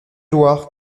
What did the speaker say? loire